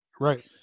Right